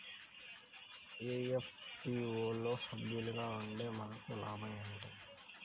FPO లో సభ్యులుగా ఉంటే మనకు లాభం ఏమిటి?